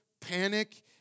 panic